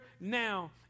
now